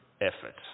effort